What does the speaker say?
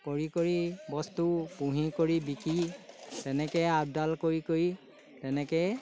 কৰি কৰি বস্তু পুহি কৰি বিকি তেনেকৈ আপডাল কৰি কৰি তেনেকৈ